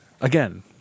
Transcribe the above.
again